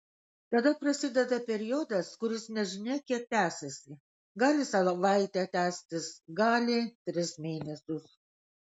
tada prasideda periodas kuris nežinia kiek tęsiasi gali savaitę tęstis gali tris mėnesius